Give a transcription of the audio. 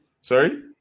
Sorry